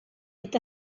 est